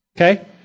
Okay